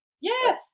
Yes